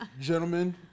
Gentlemen